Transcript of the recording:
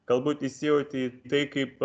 galbūt įsijauti į tai kaip